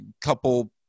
couple